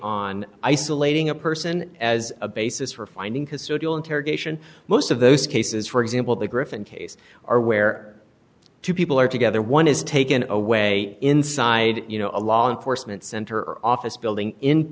on isolating a person as a basis for finding custodial interrogation most of those cases for example the griffin case are where two people are together one is taken away inside you know a law enforcement center office building in